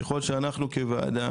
ככל שאנחנו כוועדה,